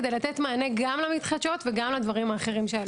כדי לתת מענה גם למתחדשות וגם לדברים האחרים שעלו פה.